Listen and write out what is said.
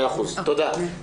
תודה.